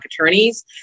attorneys